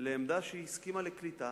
לעמדה שהסכימה לקליטה,